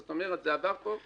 זאת אומרת, זה עבר פה.